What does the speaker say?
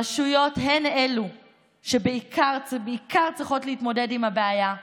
הרשויות בעיקר הן שצריכות להתמודד עם הבעיה,